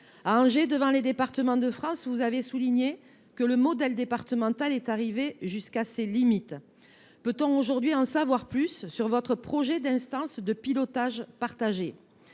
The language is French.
Assises des départements de France, vous avez indiqué que le modèle départemental est arrivé à ses limites. Peut on aujourd’hui en savoir plus sur votre projet d’instance de pilotage partagée ?